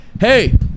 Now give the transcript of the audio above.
hey